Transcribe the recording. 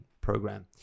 program